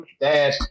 dad